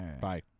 Bye